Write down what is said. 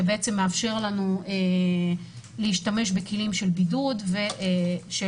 שמאפשר לנו להשתמש בכלים של בידוד ומסכות,